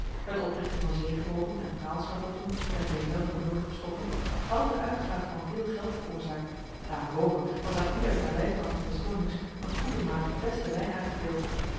het oprichten van zegebogen en praalschavotten met derzelver nodige stoffen hadden de uitgaaf van veel geld veroorzaakt daarenboven was aan ieder der lijfwachten des konings een goede maat beste wijn uitgedeeld